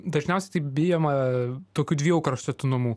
dažniausiai tai bijoma tokių dviejų kraštutinumų